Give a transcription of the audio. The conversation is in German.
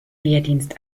wehrdienst